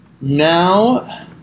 Now